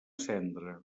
cendra